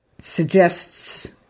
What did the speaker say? ...suggests